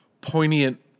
poignant